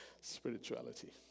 spirituality